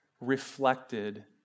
reflected